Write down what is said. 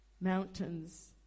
Mountains